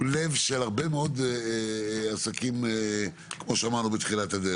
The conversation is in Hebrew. לב של הרבה מאוד עסקים בתחילת הדרך.